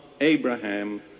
Abraham